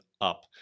up